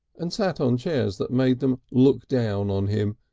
and sat on chairs that made them look down on him,